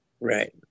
Right